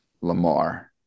lamar